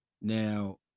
Now